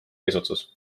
eesotsas